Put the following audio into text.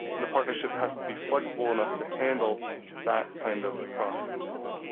the partnership has to be flexible enough to handle that kind of process.